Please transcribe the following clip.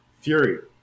Fury